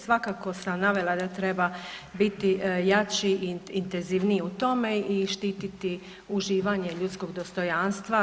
Svakako sam navela da treba biti jači i intenzivniji u tome i štititi uživanje ljudskog dostojanstva.